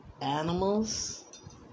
animals